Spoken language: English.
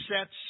sets